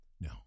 No